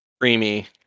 Creamy